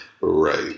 right